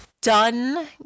done